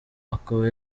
akaba